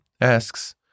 asks